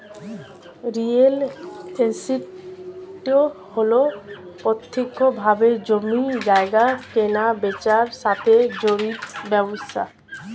real estate হল প্রত্যক্ষভাবে জমি জায়গা কেনাবেচার সাথে জড়িত ব্যবসা